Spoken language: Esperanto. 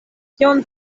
kion